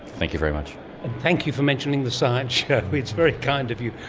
thank you very much. and thank you for mentioning the science show, it's very kind of you.